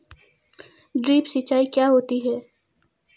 Drip सिंचाई क्या होती हैं?